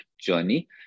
journey